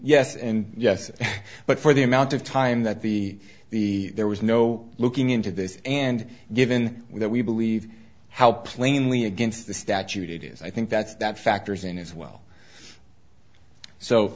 yes and yes but for the amount of time that the the there was no looking into this and given that we believe how plainly against the statute it is i think that's that factors in as well so